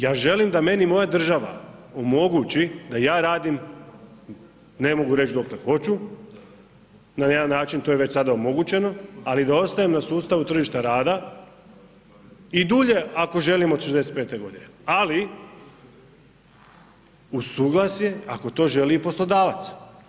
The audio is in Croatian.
Ja želim da meni moja država omogući da ja radim dokle hoću na jedan način to je već sada omogućeno, ali da ostanem na sustavu tržišta rada i dulje ako želim od 65. godine, ali uz suglasje ako to želi i poslodavac.